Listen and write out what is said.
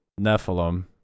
Nephilim